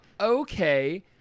Okay